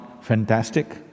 fantastic